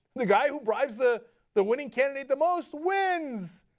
the guy who bribes the the winning candidate the most wins.